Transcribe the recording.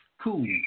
Cool